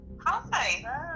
Hi